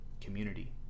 community